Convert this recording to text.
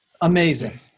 amazing